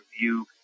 view